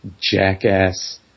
jackass